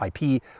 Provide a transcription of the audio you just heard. IP